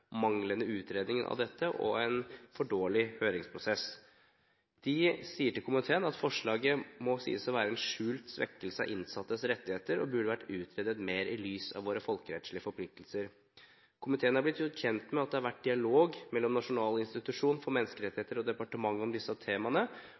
manglende utredning av dette, og mener at det har vært en for dårlig høringsprosess. De sier til komiteen at forslaget må sies å være en skjult svekkelse av innsattes rettigheter, og at det burde vært utredet mer, i lys av våre folkerettslige forpliktelser. Komiteen er gjort kjent med at det har vært en dialog mellom Nasjonal institusjon for